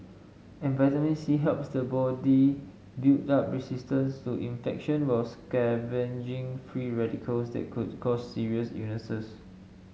and vitamin C helps the body build up resistance to infection while scavenging free radicals that could cause serious unisys